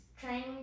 training